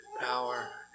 power